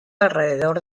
alrededor